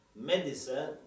medicine